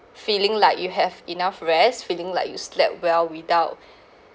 feeling like you have enough rest feeling like you slept well without